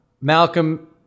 Malcolm